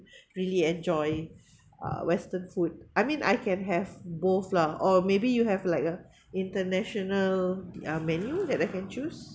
really enjoy uh western food I mean I can have both lah or maybe you have like a international uh menu that I can choose